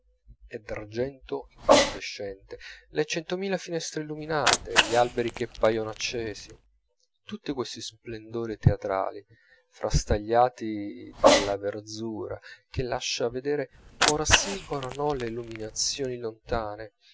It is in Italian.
e d'argento incandescente le centomila finestre illuminate gli alberi che paiono accesi tutti questi splendori teatrali frastagliati dalla verzura che lascia vedere ora sì ora no le illuminazioni lontane